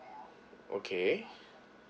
okay